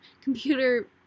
computer